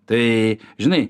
tai žinai